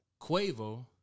Quavo